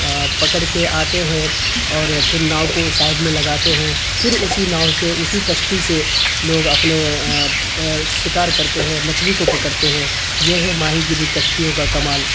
پکڑ کے آتے ہیں اور پھر ناؤ کو سائڈ میں لگاتے ہیں پھر اسی ناؤ سے اسی کشتی سے لوگ اپنے شکار کرتے ہیں مچھلی کو پکڑتے ہیں یہ ہے ماہی گیری کشتیوں کا کمال